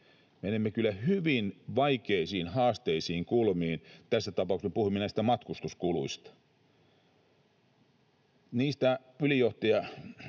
Menemme kyllä hyvin vaikeisiin, haasteisiin kulmiin. Tässä tapauksessa me puhumme näistä matkustuskuluista. Niistä johtaja